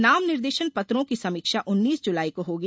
नाम निर्देशन पत्रों की समीक्षा उन्नीस जुलाई को होगी